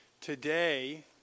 Today